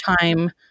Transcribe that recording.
time